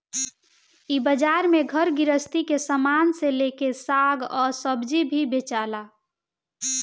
इ बाजार में घर गृहस्थी के सामान से लेके साग आ सब्जी भी बेचाला